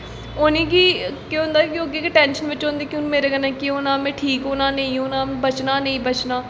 उ'नें गी केह् होंदा कि ओह् अग्गें गै टैंशन बिच्च होंदे कि हून मेरे कन्नै केह् होना हून में ठीक होना जां नेईं होना बचना नेईं बचना